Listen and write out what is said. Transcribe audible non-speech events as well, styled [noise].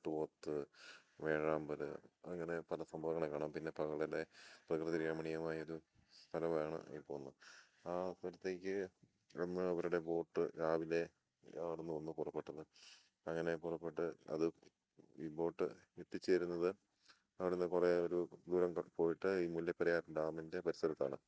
കാട്ടുപോത്ത് വേഴാമ്പൽ അങ്ങനെ പല സംഭവങ്ങളെ കാണാം പിന്നെ [unintelligible] പ്രകൃതി രമണീയമായ ഒരു സ്ഥലമാണ് ഈ പോകുന്നത് ആ സ്ഥലത്തേക്ക് വന്നു അവരുടെ ബോട്ട് രാവിലെ അവിടെ നിന്ന് ഒന്ന് പുറപ്പെട്ടു അത് അങ്ങനെ പുറപ്പെട്ട് അത് ഈ ബോട്ട് എത്തിച്ചേരുന്നത് അവിടെ നിന്ന് കുറേ ഒരു ദൂരം പോയിട്ട് ഈ മുല്ലയപ്പെരിയാർ ഡാമിൻ്റെ പരിസരത്താണ്